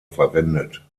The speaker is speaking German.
verwendet